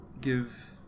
give